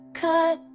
cut